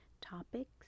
topics